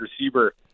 receiver